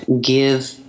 give